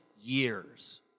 years